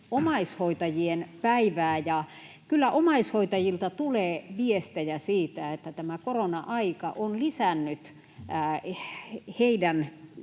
omaishoitajien päivää, ja kyllä omaishoitajilta tulee viestejä siitä, että tämä korona-aika on lisännyt heidän